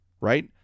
right